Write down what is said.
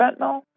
fentanyl